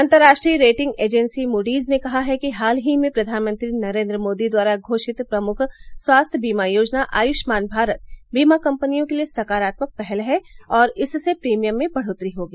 अंतर्राष्ट्रीय rating agency Moody's ने कहा है कि हाल ही में प्रधानमंत्री नरेन्द्र मोदी द्वारा घोषित प्रमुख स्वास्थ्य दीमा योजना आयुष्मान भारत बीमा कंपनियों के लिए सकारात्मक पहल है और इससे प्रीमियम में बढ़ोतरी होगी